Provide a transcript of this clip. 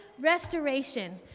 restoration